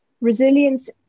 resilience